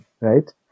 right